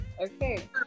Okay